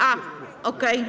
A, okej.